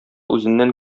үзеннән